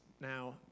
Now